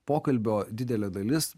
pokalbio didelė dalis